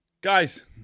guys